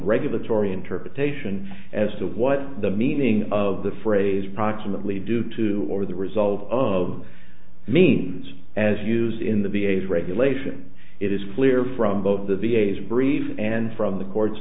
regulatory interpretation as to what the meaning of the phrase proximately due to or the result of means as used in the v a s regulation it is clear from both the v a s brief and from the court's